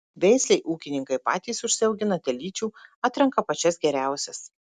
veislei ūkininkai patys užsiaugina telyčių atrenka pačias geriausias